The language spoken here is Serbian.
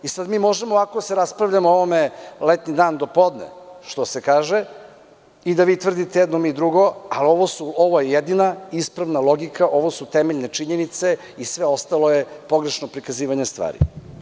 Sada mi možemo ovako da se raspravljamo o ovome letnji dan do podne, što se kaže, i da vi tvrdite jedno, mi drugo, ali ovo je jedina ispravna logika, ovo su temeljne činjenice i sve ostalo je pogrešno prikazivanje stvari.